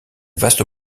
vaste